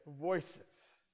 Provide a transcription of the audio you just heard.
voices